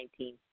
2019